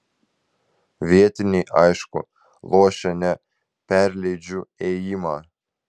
vietiniai aišku lošia ne perleidžiu ėjimą